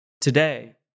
Today